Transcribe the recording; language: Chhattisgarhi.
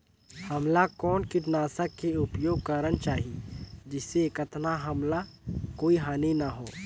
हमला कौन किटनाशक के उपयोग करन चाही जिसे कतना हमला कोई हानि न हो?